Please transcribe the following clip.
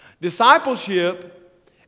Discipleship